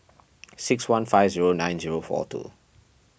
six one five zero nine zero four two